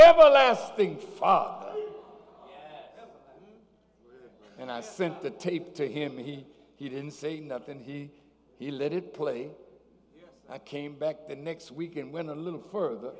everlasting fire and i sent the tape to him he he didn't say nothin he he let it play i came back the next week and went a little further